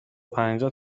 پنجه